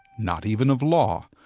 not even of law,